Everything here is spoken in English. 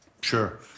Sure